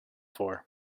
for